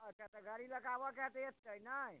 अच्छा अच्छा गाड़ी लऽ कऽ आबऽके होयतै एत्तै नहि